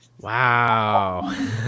Wow